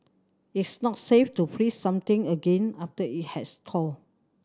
it's not safe to freeze something again after it has thawed